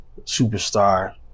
superstar